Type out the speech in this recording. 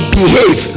behave